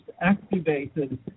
activated